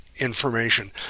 Information